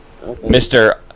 Mr